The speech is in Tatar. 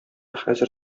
хәзер